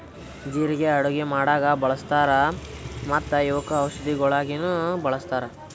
ಜೀರಿಗೆ ಅಡುಗಿ ಮಾಡಾಗ್ ಬಳ್ಸತಾರ್ ಮತ್ತ ಇವುಕ್ ಔಷದಿಗೊಳಾಗಿನು ಬಳಸ್ತಾರ್